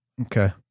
Okay